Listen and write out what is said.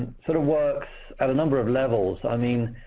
sort of works at a number of levels. i mean,